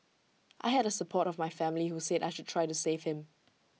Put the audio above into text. I had the support of my family who said I should try to save him